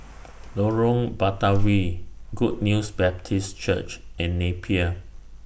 Lorong Batawi Good News Baptist Church and Napier